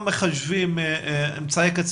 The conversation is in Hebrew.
העיריה ומתרומות 100 או 150 מחשבים אבל אם משרד הרווחה